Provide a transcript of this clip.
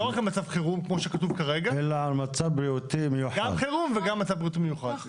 רק במצב חירום כמו שכתוב כרגע אלא גם חירום וגם מצב בריאותי מיוחד.